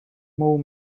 move